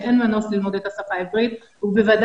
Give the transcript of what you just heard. שאין מנוס ללמוד את השפה העברית ובוודאי